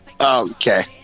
Okay